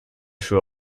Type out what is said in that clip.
sure